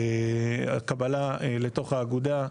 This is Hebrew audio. הקבלה לתוך האגודה,